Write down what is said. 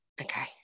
Okay